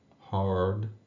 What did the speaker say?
hard